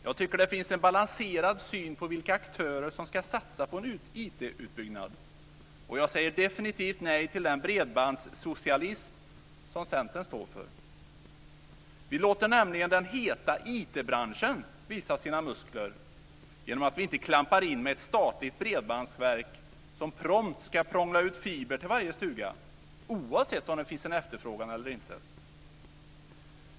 Jag tycker att det finns en balanserad syn på vilka aktörer som ska satsa på en IT-utbyggnad. Jag säger definitivt nej till den bredbandssocialism som Centern står för. Vi låter nämligen den heta IT-branschen visa sina muskler genom att vi inte klampar in med ett statligt bredbandsverk som prompt ska prångla ut fiber till varje stuga, oavsett om det finns en efterfrågan eller inte.